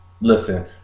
listen